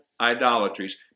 idolatries